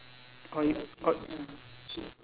oy~ oy~